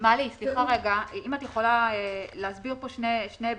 אם את יכולה להסביר פה שני היבטים.